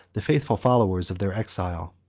the faithful followers of their exile.